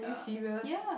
yeah yeah